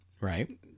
Right